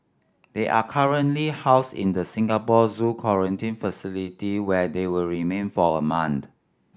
they are currently housed in the Singapore Zoo quarantine facility where they will remain for a month